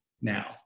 now